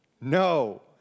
No